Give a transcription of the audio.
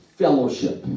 fellowship